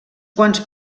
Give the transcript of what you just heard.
quants